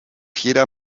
jeder